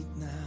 now